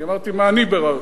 אני אמרתי מה אני ביררתי.